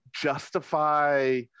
justify